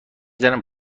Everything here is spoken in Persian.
زنم